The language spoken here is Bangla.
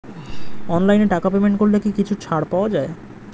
অনলাইনে টাকা পেমেন্ট করলে কি কিছু টাকা ছাড় পাওয়া যায়?